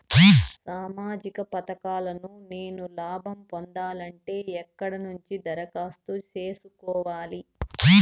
సామాజిక పథకాలను నేను లాభం పొందాలంటే ఎక్కడ నుంచి దరఖాస్తు సేసుకోవాలి?